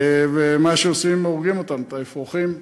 ומה שעושים, הורגים אותם, את האפרוחים.